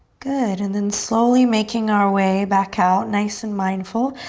good and then slowly making our way back out. nice and mindful.